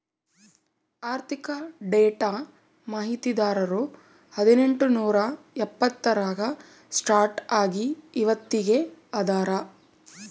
ಆರ್ಥಿಕ ಡೇಟಾ ಮಾಹಿತಿದಾರರು ಹದಿನೆಂಟು ನೂರಾ ಎಪ್ಪತ್ತರಾಗ ಸ್ಟಾರ್ಟ್ ಆಗಿ ಇವತ್ತಗೀ ಅದಾರ